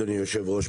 אדוני היושב-ראש,